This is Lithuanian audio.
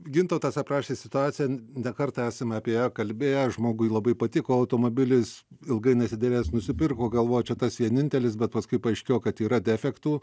gintautas aprašė situaciją ne kartą esame apie ją kalbėję žmogui labai patiko automobilis ilgai nesiderėjęs nusipirko galvojo čia tas vienintelis bet paskui paaiškėjo kad yra defektų